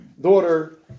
daughter